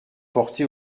portée